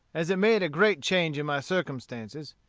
as it made a great change in my circumstances,